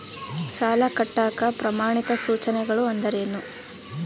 ಸಾಲ ಕಟ್ಟಾಕ ಪ್ರಮಾಣಿತ ಸೂಚನೆಗಳು ಅಂದರೇನು?